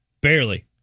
Barely